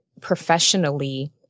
professionally